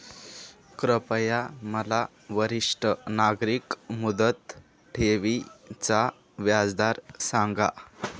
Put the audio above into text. कृपया मला वरिष्ठ नागरिक मुदत ठेवी चा व्याजदर सांगा